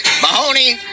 Mahoney